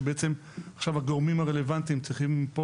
שבעצם עכשיו הגורמים הרלוונטיים צריכים פה